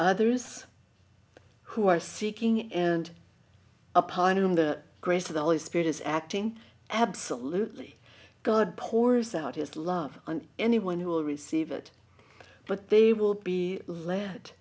others who are seeking and upon him the grace of the holy spirit is acting absolutely god pours out his love on anyone who will receive it but they will be led